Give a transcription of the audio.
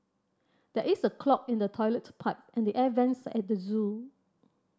there is a clog in the toilet pipe and the air vents at the zoo